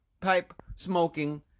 pipe-smoking